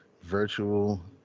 virtual